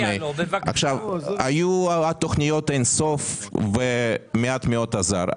היו תוכניות אינסוף, ומעט מאוד עזר.